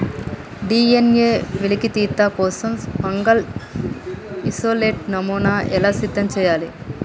DNA వెలికితీత కోసం fungal isolate నమూనాను ఎలా సిద్ధం చెయ్యాలి?